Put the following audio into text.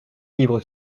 livre